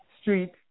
Street